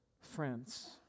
friends